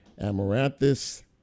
Amaranthus